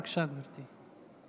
בבקשה, גברתי.